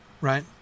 right